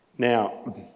Now